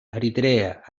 eritrea